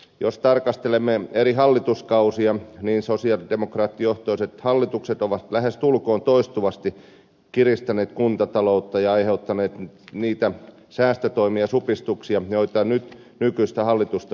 jos tarkastelemme eri hallituskausia niin sosialidemokraattijohtoiset hallitukset ovat lähestulkoon toistuvasti kiristäneet kuntataloutta ja aiheuttaneet niitä säästötoimia ja supistuksia joista nyt nykyistä hallitusta syytetään